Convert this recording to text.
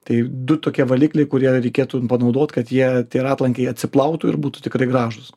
tai du tokie valikliai kurie reikėtų panaudot kad jie tie ratlankiai atsiplautų ir būtų tikrai gražūs